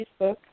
Facebook